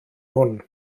hwn